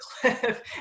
cliff